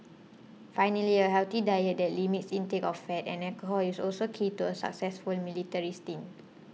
finally a healthy diet that limits intake of fat and alcohol is also key to a successful military stint